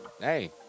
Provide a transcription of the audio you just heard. Hey